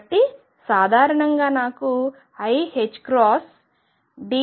కాబట్టి సాధారణంగా నాకు iℏdψdtH